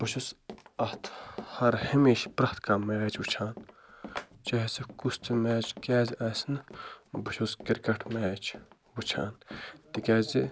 بہٕ چھُس اَتھ ہر ہمیشہِ پرٛٮ۪تھ کانٛہہ میچ وٕچھان چاہَے سُہ کُس تہِ میچ کیٛازِ آسہِ نہٕ بہٕ چھُس کِرکَٹ میچ وٕچھان تِکیٛازِ